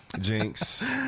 Jinx